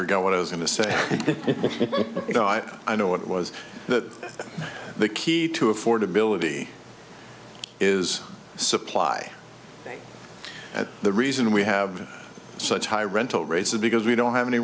forgot what i was in to say you know i i know it was that the key to affordability is supply and the reason we have such high rental rates that because we don't have any